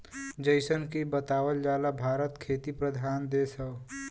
जइसन की बतावल जाला भारत खेती प्रधान देश हौ